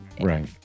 Right